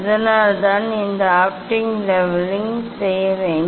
அதனால்தான் இந்த optical levelling செய்ய வேண்டும்